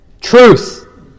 truth